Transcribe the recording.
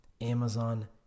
Amazon